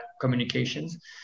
communications